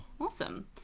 Awesome